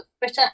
Twitter